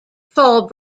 fall